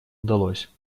удалось